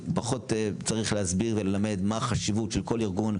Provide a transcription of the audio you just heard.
פחות צריך להסביר וללמד מה החשיבות של כל ארגון,